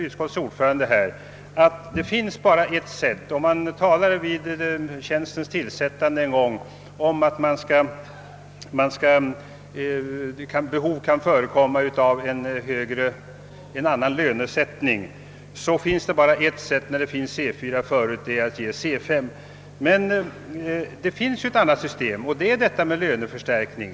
Utskottsordföranden sade vidare att man vid tjänstens tillsättande hade uttalat att behov kunde uppkomma av en annan lönesättning och att det bara fanns en väg att gå, nämligen att höja lönegraden från C4 till C5. Men det finns också en annan utväg, nämligen systemet med :avlöningsförstärkning.